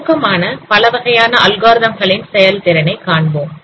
சுருக்கமாக பலவகையான அல்காரிதம் களின் செயல்திறனை காண்போம்